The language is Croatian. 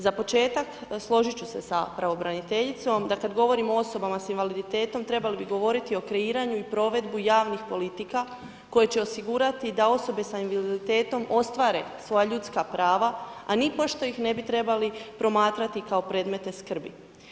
Za početak složit ću se sa pravobraniteljicom da kad govorimo o osobama s invaliditetom trebali bi govoriti o kreiranju i provedbu javnih politika koje će osigurati da osobe sa invaliditetom ostvare svoja ljudska prava, a nipošto ih ne bi trebali promatrati kao predmete skrbi.